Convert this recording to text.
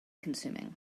consuming